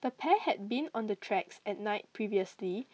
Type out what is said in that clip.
the pair had been on the tracks at night previously